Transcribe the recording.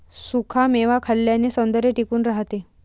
सुखा मेवा खाल्ल्याने सौंदर्य टिकून राहते